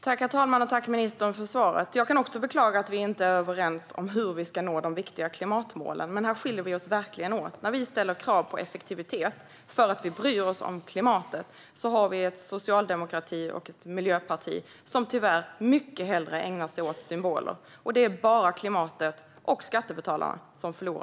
Herr talman! Jag tackar ministern för svaret. Även jag beklagar att vi inte är överens om hur vi ska nå de viktiga klimatmålen. Men här skiljer vi oss verkligen åt. Medan vi ställer krav på effektivitet för att vi bryr oss om klimatet ägnar sig Socialdemokraterna och Miljöpartiet tyvärr mycket hellre åt symboler. De som förlorar på det är klimatet och skattebetalarna.